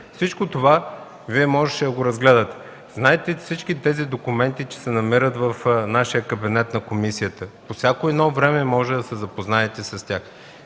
Всичко това можеше да го разгледате. Знаете, че всички тези документи се намират в нашия кабинет, на комисията, и по всяко време можете да се запознаете с тях.